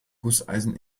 gusseisen